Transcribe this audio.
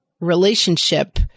relationship